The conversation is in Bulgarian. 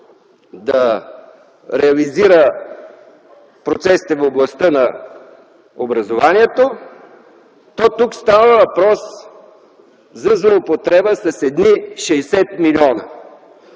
да реализира процесите в областта на образованието, то тук става въпрос за злоупотреба с едни 60 млн.